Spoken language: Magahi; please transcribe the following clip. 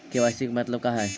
के.वाई.सी के मतलब का हई?